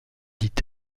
dit